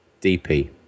DP